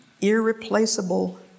irreplaceable